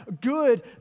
good